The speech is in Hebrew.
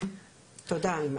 תודה אימאן.